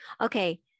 Okay